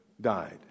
died